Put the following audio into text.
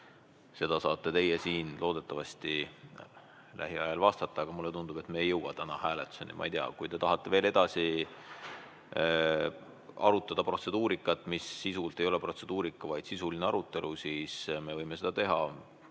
Seda saate teie siin loodetavasti lähiajal vastata. Aga mulle tundub, et me ei jõua täna hääletuseni. Ma ei tea, kui te tahate veel edasi arutada protseduurikat, mis sisuliselt ei ole protseduurika, vaid sisuline arutelu, siis me võime seda teha,